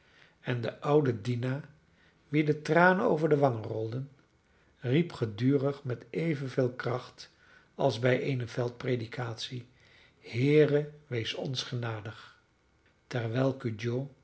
en de oude dina wie de tranen over de wangen rolden riep gedurig met evenveel kracht als bij eene veldpredikatie heere wees ons genadig terwijl